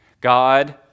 God